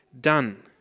done